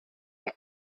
and